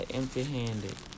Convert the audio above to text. empty-handed